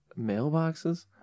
mailboxes